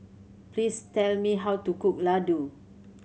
please tell me how to cook Ladoo